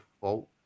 fault